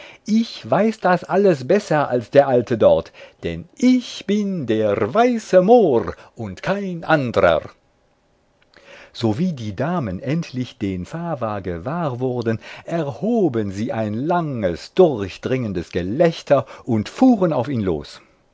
ich weiß das alles besser als der alte dort denn ich bin der weiße mohr und kein andrer sowie die damen endlich den fava gewahr wurden erhoben sie ein langes durchdringendes gelächter und fuhren auf ihn los